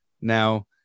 Now